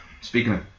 speaking